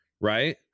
Right